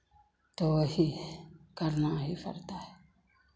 तो वही है करना ही पड़ता है